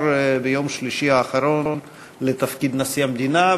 ביום שלישי האחרון לתפקיד נשיא המדינה,